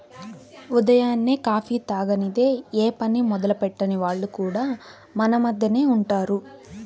ఉదయాన్నే కాఫీ తాగనిదె యే పని మొదలెట్టని వాళ్లు కూడా మన మద్దెనే ఉంటారు